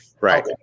Right